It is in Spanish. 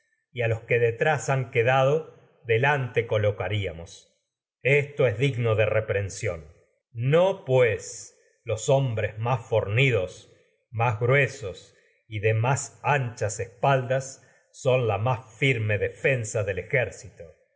a los que detrás de quedado delante pues colocaríamos los hombres esto es digno reprensión gruesos fensa del de buen ancha y no más fornidos más de más anchas espaldas que por son la más firme de ejército